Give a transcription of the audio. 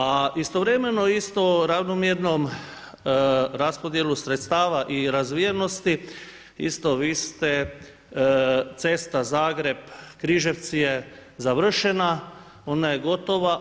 A istovremeno isto ravnomjernom raspodjelom sredstava i razvijenosti isto vi ste cesta Zagreb – Križevci je završena, ona je gotova.